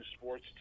sports